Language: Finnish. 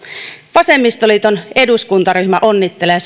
vasemmistoliiton eduskuntaryhmä onnittelee